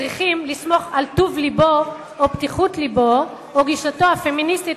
צריכות לסמוך על טוב לבו או על פתיחות לבו או גישתו הפמיניסטית